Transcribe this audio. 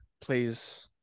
Please